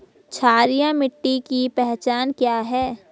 क्षारीय मिट्टी की पहचान क्या है?